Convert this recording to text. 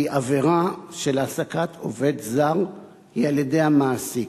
כי עבירה של העסקת עובד זר היא על-ידי המעסיק.